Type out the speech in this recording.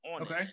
Okay